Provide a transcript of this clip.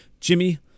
Jimmy